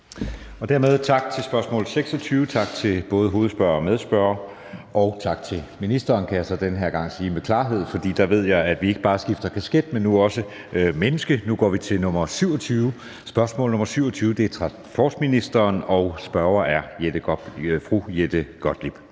(Jeppe Søe): Dermed tak til både hovedspørger og medspørger på spørgsmål nr. 26, og tak til ministeren. Det kan jeg så denne gang sige med klarhed, for der ved jeg, at vi ikke bare skifter kasket, men nu også menneske. Nu går vi til spørgsmål nr. 27. Det er til transportministeren, og spørgeren er fru Jette Gottlieb